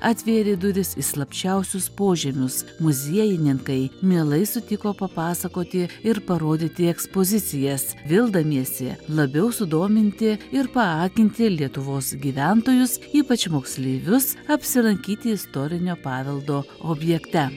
atvėrė duris į slapčiausius požemius muziejininkai mielai sutiko papasakoti ir parodyti ekspozicijas vildamiesi labiau sudominti ir paakinti lietuvos gyventojus ypač moksleivius apsilankyti istorinio paveldo objekte